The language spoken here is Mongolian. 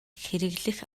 хэрэглэх